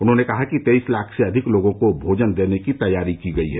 उन्होंने कहा कि तेइस लाख से अधिक लोगों को भोजन देने की तैयारी की गई हैं